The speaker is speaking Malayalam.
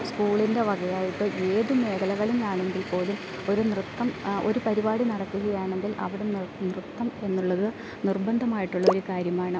സ്കൂളിൻ്റെ വക ആയിട്ട് ഏത് മേഖലകളിലാണെങ്കിൽ പോലും ഒരു നൃത്തം ഒരു പരിപാടി നടക്കുകയാണങ്കിൽ അവിടെ നൃത്തം എന്നുള്ളത് നിർബന്ധമായിട്ടുള്ള ഒരു കാര്യമാണ്